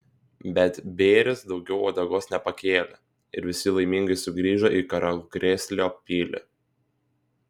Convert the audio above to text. bet bėris daugiau uodegos nepakėlė ir visi laimingai sugrįžo į karalkrėslio pilį